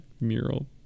mural